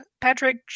Patrick